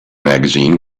magazine